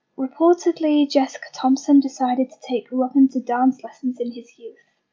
reportedly, jessica thomson decided to take robin to dance lessons in his youth,